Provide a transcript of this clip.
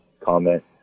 comment